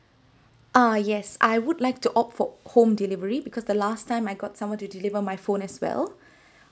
UH yes I would like to opt for home delivery because the last time I got someone to deliver my phone as well